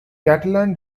catalan